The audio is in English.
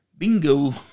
Bingo